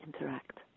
Interact